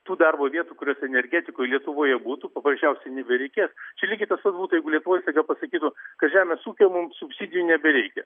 tų darbo vietų kurios energetikoj lietuvoj ir būtų paprasčiausiai nebereikės čia lygiai tas pats būtų jeigu lietuvoj staiga pasakytų kad žemės ūkio mums subsidijų nebereikia